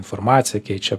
informaciją keičia